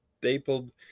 stapled